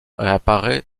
réapparaît